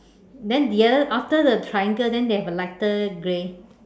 then the other after the triangle then they have a lighter grey